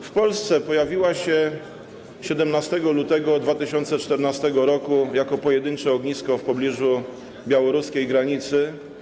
W Polsce pojawiła się 17 lutego 2014 r. jako pojedyncze ognisko w pobliżu białoruskiej granicy.